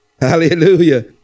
hallelujah